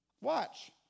Watch